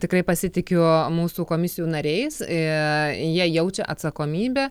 tikrai pasitikiu mūsų komisijų nariais jie jaučia atsakomybę